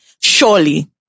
surely